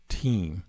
team